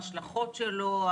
ההשלכות שלו,